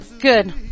Good